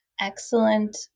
excellent